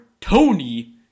Tony